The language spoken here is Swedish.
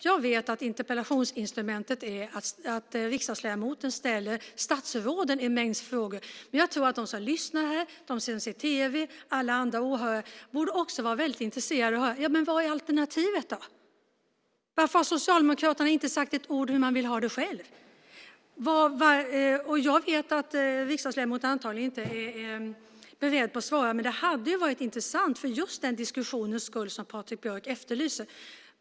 Jag vet att interpellationsinstrumentet innebär att riksdagsledamoten ställer en mängd frågor till statsråden. Men jag tror att de som lyssnar här, de som ser på tv och alla andra åhörare också borde vara väldigt intresserade av att höra vad som är alternativet. Varför har Socialdemokraterna inte sagt ett ord om hur de själva vill ha det? Jag vet att riksdagsledamoten antagligen inte är beredd att svara. Men det hade varit intressant för just den diskussionens skull som Patrik Björck efterlyser.